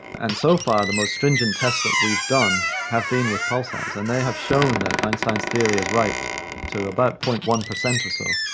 and so far the most stringent tests that we've done have been with pulsars and they have shown that einstein's theory is right to about zero. one percent or so.